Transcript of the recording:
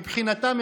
מבחינתם,